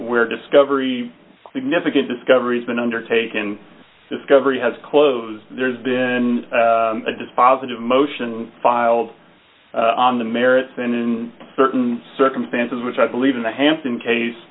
where discovery significant discoveries been undertaken discovery has closed there's been a dispositive motion filed on the merits and in certain circumstances which i believe in the hampton case